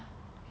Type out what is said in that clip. okay